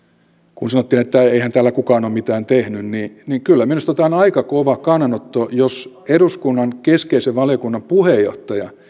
kun sanottiin että eihän täällä kukaan ole mitään tehnyt niin kyllä minusta tämä on aika kova kannanotto jos eduskunnan keskeisen valiokunnan puheenjohtaja